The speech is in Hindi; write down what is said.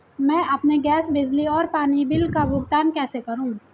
मैं अपने गैस, बिजली और पानी बिल का भुगतान कैसे करूँ?